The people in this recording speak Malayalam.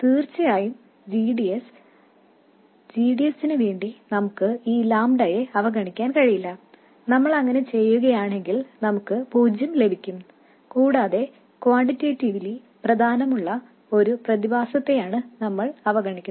തീർച്ചയായും g d s നു വേണ്ടി നമുക്ക് ഈ ലാംഡയെ അവഗണിക്കാൻ കഴിയില്ല നമ്മൾ അങ്ങനെ ചെയ്യുകയാണെങ്കിൽ നമുക്ക് പൂജ്യം ലഭിക്കും കൂടാതെ ക്വാണ്ടിറ്റേറ്റിവിലി പ്രാധാന്യമുള്ള ഒരു പ്രതിഭാസത്തെയാണ് നമ്മൾ അവഗണിക്കുന്നത്